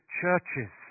churches